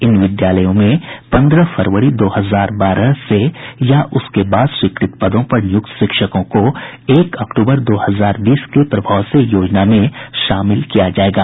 इन विद्यालयों में पन्द्रह फरवरी दो हजार बारह से या उसके बाद स्वीकृत पदों पर नियुक्त शिक्षकों को एक अक्टूबर दो हजार बीस के प्रभाव से योजना में शामिल किया जायेगा